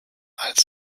als